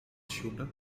shooter